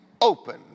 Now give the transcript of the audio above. open